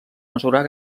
mesurar